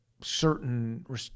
certain